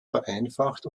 vereinfacht